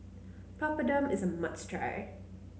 papadum is a must try